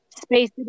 space